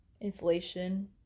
Inflation